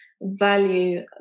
value